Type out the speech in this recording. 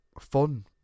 fun